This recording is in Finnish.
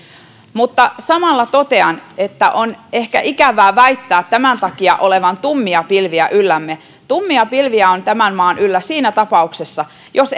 mutta samalla totean että on ehkä ikävää väittää tämän takia olevan tummia pilviä yllämme tummia pilviä on tämän maan yllä siinä tapauksessa jos